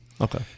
Okay